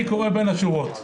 אני קורא בין השורות,